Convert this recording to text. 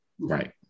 Right